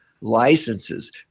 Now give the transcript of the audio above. licenses